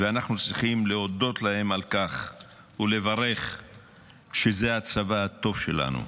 ואנחנו צריכים להודות להם על כך ולברך שזה הצבא הטוב שלנו,